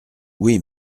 oui